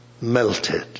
melted